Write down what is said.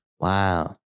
Wow